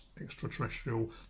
extraterrestrial